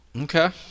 okay